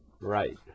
right